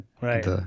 Right